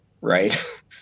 right